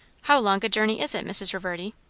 how long a journey is it, mrs. reverdy?